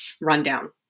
rundown